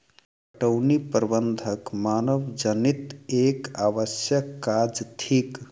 पटौनीक प्रबंध मानवजनीत एक आवश्यक काज थिक